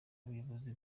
buyobozi